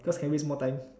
cause can waste more time